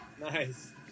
Nice